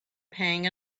pang